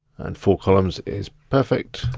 and four columns is perfect,